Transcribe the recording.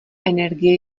energie